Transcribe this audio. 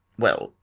well,